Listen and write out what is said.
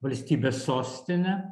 valstybės sostine